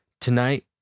Tonight